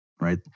right